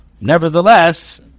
Nevertheless